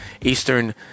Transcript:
Eastern